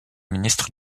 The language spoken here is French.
ministre